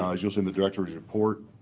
as you'll see in the director's report,